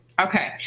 Okay